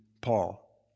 Paul